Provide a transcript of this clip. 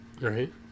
Right